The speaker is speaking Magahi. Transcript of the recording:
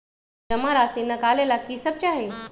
जमा राशि नकालेला कि सब चाहि?